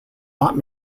not